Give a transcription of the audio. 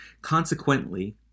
Consequently